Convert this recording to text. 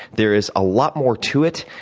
there is a lot more to it.